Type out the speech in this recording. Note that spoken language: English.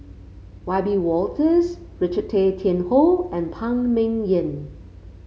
Wiebe Wolters Richard Tay Tian Hoe and Phan Ming Yen